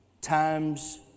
times